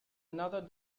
another